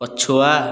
ପଛୁଆ